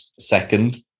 Second